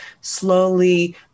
slowly